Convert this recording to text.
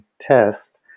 test